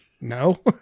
no